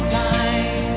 time